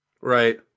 Right